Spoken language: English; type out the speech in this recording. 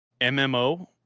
MMO